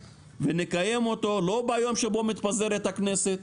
ונקיים אותו לא ביום שבו מתפזרת הכנסת,